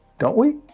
don't we?